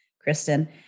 Kristen